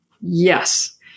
Yes